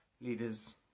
leaders